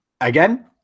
again